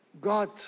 God